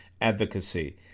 advocacy